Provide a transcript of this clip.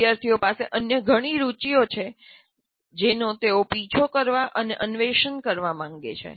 વિદ્યાર્થીઓ પાસે અન્ય ઘણી રુચિઓ છે જેનો તેઓ પીછો કરવા અને અન્વેષણ કરવા માગે છે